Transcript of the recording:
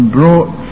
brought